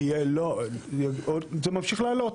זה ממשיך לעלות.